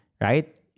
right